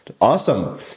Awesome